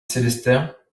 célestins